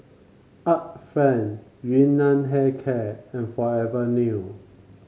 Art Friend Yun Nam Hair Care and Forever New